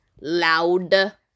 Loud